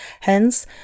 Hence